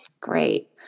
great